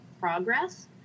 Progress